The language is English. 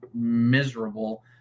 miserable